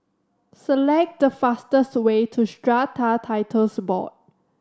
select the fastest way to Strata Titles Board